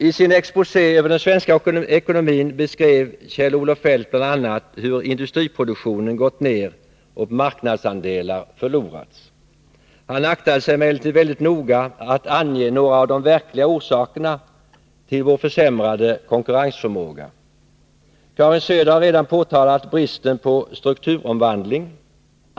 I sin exposé över den svenska ekonomin beskrev Kjell-Olof Feldt hur industriproduktionen gått ner och marknadsandelar förlorats. Han aktade sig emellertid väldigt noga för att ange några av de verkliga orsakerna till vår försämrade konkurrensförmåga. Karin Söder har redan påtalat bristen på strukturomvandling.